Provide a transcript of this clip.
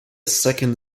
second